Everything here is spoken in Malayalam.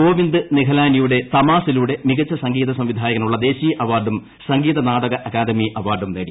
ഗോവിന്ദ് നിഹലാനിയുടെ തമാസിലൂടെ മികച്ച സംഗ്ലീത് സംവിധായകനുള്ള ദേശീയ അവാർഡും സംഗീത നാടക അക്കാദമി അവാർഡും നേടി